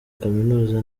kaminuza